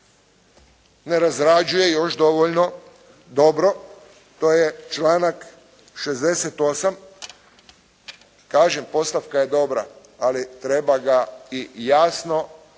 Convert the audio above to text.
ne razrađuje još dovoljno dobro, to je članak 68. Kažem postavka je dobra, ali treba ga i jasno odraditi,